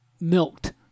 milked